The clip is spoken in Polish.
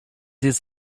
jest